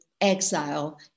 exile